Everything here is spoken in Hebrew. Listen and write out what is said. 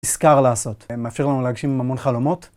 שכר לעשות, מאפשר לנו להגשים המון חלומות.